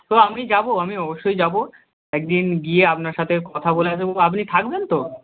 তো আমি যাব আমি অবশ্যই যাব একদিন গিয়ে আপনার সাথে কথা বলে আসবো আপনি থাকবেন তো